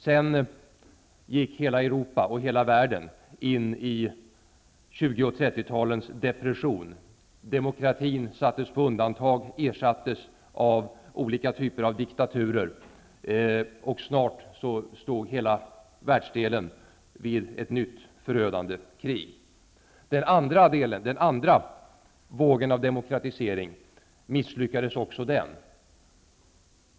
Sedan gick hela Europa och hela världen in i 20 och 30-talens depression. Demokratin sattes på undantag, ersattes av olika typer av diktaturer, och snart stod hela världsdelen vid ett nytt förödande krig. Den andra vågen av demokratisering misslyckades också den.